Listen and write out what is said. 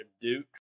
Duke